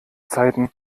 zeiten